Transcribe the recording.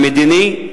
המדיני,